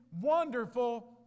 wonderful